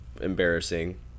embarrassing